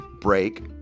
break